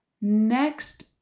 next